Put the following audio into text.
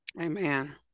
Amen